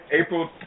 April